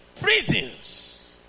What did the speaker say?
prisons